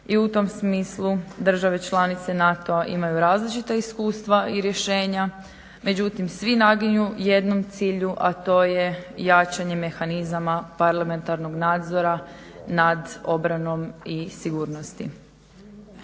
i u tom smislu države članice NATO-a imaju različita iskustva i rješenja. Međutim, svi naginju jednom cilju, a to je jačanje mehanizama parlamentarnoga nadzora nad obranom i sigurnosti.